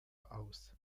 aus